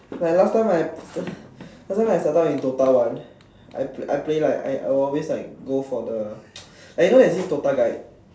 like last time I last time I started in DOTA one I I play like I I always go for the like you know there is this DOTA guide